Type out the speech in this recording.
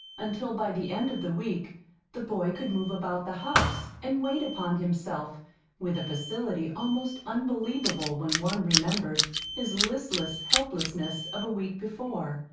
until by the end of the week the boy could move about the house and wait upon himself with a facility almost unbelievable when one remembered his listless helplessness of a week before.